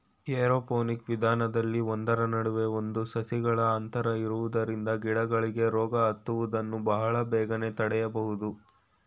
aeroponic ವಿಧಾನದಲ್ಲಿ ಒಂದರ ನಡುವೆ ಒಂದು ಸಸಿಗಳ ಅಂತರ ಇರುವುದರಿಂದ ಗಿಡಗಳಿಗೆ ರೋಗ ಹತ್ತುವುದನ್ನು ಬಹಳ ಬೇಗನೆ ತಡೆಯಬೋದು